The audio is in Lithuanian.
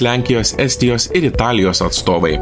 lenkijos estijos ir italijos atstovai